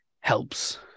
helps